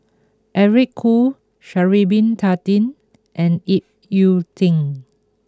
Eric Khoo Sha'ari bin Tadin and Ip Yiu Tung